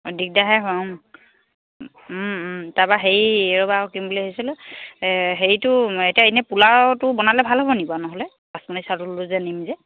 দিগদাৰহে হয় তাৰপৰা হেৰি ৰ'বা কি ক'ম বুলি ভাবিছিলোঁ হেৰিটো এতিয়া এনেই পোলাওটো বনালে ভাল হ'বনি বাৰু নহ'লে বাচমতি চাউলটো লৈ যে নিম যে